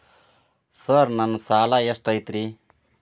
Sir ನನ್ನ ಸಾಲಾ ಎಷ್ಟು ಐತ್ರಿ?